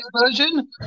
version